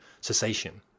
cessation